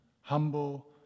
humble